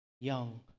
young